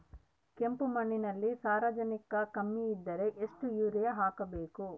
ಕಪ್ಪು ಮಣ್ಣಿನಲ್ಲಿ ಸಾರಜನಕ ಕಮ್ಮಿ ಇದ್ದರೆ ಎಷ್ಟು ಯೂರಿಯಾ ಹಾಕಬೇಕು?